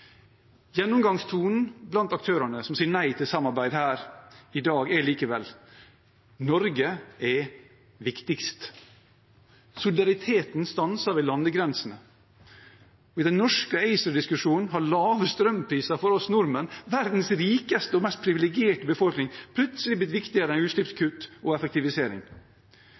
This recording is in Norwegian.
Gjennomgangstonen blant aktørene som sier nei til samarbeid her i dag, er likevel: Norge er viktigst. Solidariteten stanser ved landegrensene. I den norske ACER-diskusjonen har lave strømpriser for oss nordmenn, verdens rikeste og mest privilegerte befolkning, plutselig blitt viktigere enn utslippskutt og effektivisering.